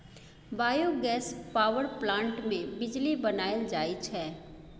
biogas power plant मे बिजली बनाएल जाई छै